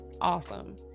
awesome